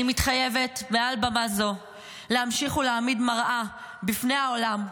אני מתחייבת מעל במה זו להמשיך להעמיד מראה בפני העולם,